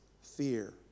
fear